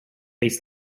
face